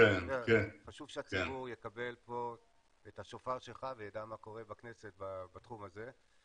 חשוב שהציבור יקבל פה את השופר שלך ויידע מה קורה בכנסת בתחום הזה.